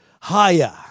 higher